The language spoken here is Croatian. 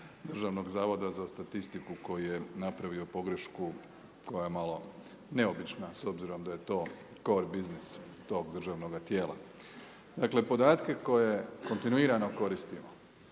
u ovom očitovanju DZS koji je napravio pogrešku koja je malo neobična, s obzirom da je to kor biznis tog državnoga tijela. Dakle, podatke koje kontinuirano koristimo,